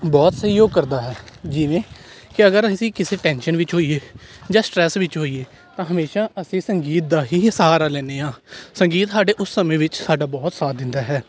ਬਹੁਤ ਸਹਿਯੋਗ ਕਰਦਾ ਹੈ ਜਿਵੇਂ ਕਿ ਅਗਰ ਅਸੀਂ ਕਿਸੇ ਟੈਂਸ਼ਨ ਵਿੱਚ ਹੋਈਏ ਜਾਂ ਸਟ੍ਰੈੱਸ ਵਿੱਚ ਹੋਈਏ ਤਾਂ ਹਮੇਸ਼ਾ ਅਸੀਂ ਸੰਗੀਤ ਦਾ ਹੀ ਹੀ ਸਹਾਰਾ ਲੈਂਦੇ ਹਾਂ ਸੰਗੀਤ ਸਾਡੇ ਉਸ ਸਮੇਂ ਵਿੱਚ ਸਾਡਾ ਬਹੁਤ ਸਾਥ ਦਿੰਦਾ ਹੈ